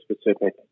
specific